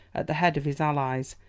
at the head of his allies,